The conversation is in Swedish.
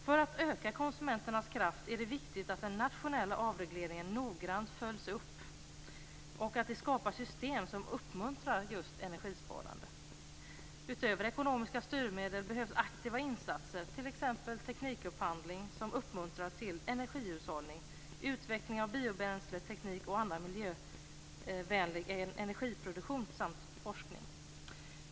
För att öka konsumenternas kraft är det viktigt att den nationella avregleringen noggrant följs upp och att det skapas system som uppmuntrar just energisparande. Utöver ekonomiska styrmedel behövs aktiva insatser, t.ex. teknikupphandling, som uppmuntrar till energihushållning, utveckling av biobränsleteknik och annan miljövänlig energiproduktion samt forskning.